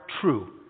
true